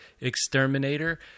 exterminator